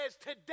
today